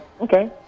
okay